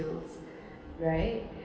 right